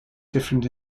different